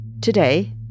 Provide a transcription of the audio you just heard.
Today